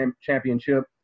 championship